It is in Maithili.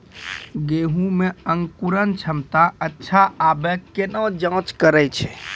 गेहूँ मे अंकुरन क्षमता अच्छा आबे केना जाँच करैय छै?